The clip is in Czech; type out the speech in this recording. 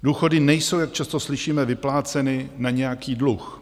Důchody nejsou, jak často slyšíme, vypláceny na nějaký dluh.